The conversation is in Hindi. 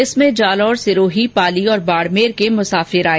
इसमें जालौर सिरोही पाली और बाड़मेर के मुसाफिर आए